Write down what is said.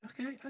okay